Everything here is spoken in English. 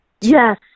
yes